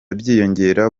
byiyongera